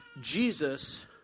jesus